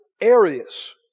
areas